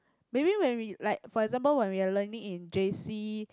maybe when we like for example when we are learning in J_C